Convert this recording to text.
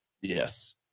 Yes